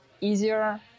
easier